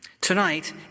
Tonight